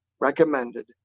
recommended